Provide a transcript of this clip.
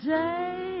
day